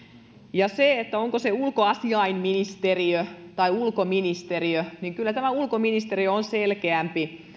ja mitä tulee siihen onko se ulkoasiainministeriö vai ulkoministeriö niin kyllä ulkoministeriö on selkeämpi